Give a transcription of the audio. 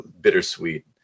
bittersweet